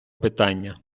питання